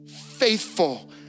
Faithful